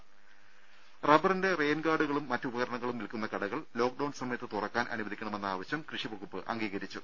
രുഭ റബ്ബറിന്റെ റെയിൻ ഗാർഡുകളും മറ്റ് ഉപകരണങ്ങളും വിൽക്കുന്ന കടകൾ ലോക്ഡൌൺ സമയത്ത് തുറക്കാൻ അനുവദിക്കണമെന്ന ആവശ്യം കൃഷിവകുപ്പ് അംഗീകരിച്ചു